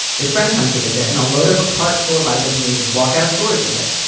his friend comes to visit and they'll load up a cart full of items and just walk out of stores with it.